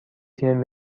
تیم